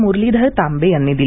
मुरलीधर तांबे यांनी दिली